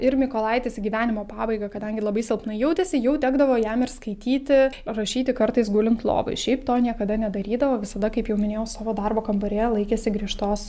ir mykolaitis į gyvenimo pabaigą kadangi labai silpnai jautėsi jau tekdavo jam ir skaityti rašyti kartais gulint lovoj šiaip to niekada nedarydavo visada kaip jau minėjau savo darbo kambaryje laikėsi griežtos